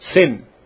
sin